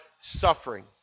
suffering